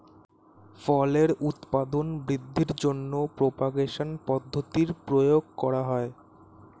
ফলের উৎপাদন বৃদ্ধির জন্য প্রপাগেশন পদ্ধতির প্রয়োগ করা হয়